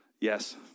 yes